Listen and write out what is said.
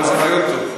אבל זה רעיון טוב.